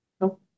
No